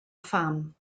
pham